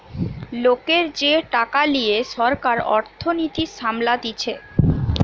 লোকের থেকে টাকা লিয়ে সরকার অর্থনীতি সামলাতিছে